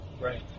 Right